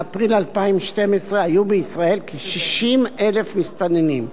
באפריל 2012 היו בישראל כ-60,000 מסתננים.